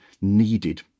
needed